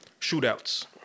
Shootouts